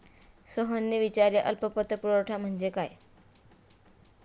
सोहनने विचारले अल्प पतपुरवठा म्हणजे काय?